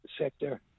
sector